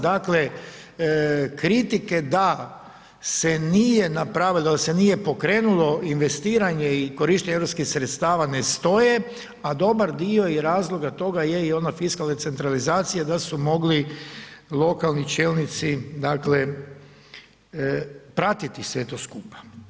Dakle kritike da se nije napravilo, da se nije pokrenulo investiranje i korištenje europskih sredstava ne stoje a dobra dio i razloga toga je ona fiskalna decentralizacija da su mogli lokalni čelnici dakle pratiti sve to skupa.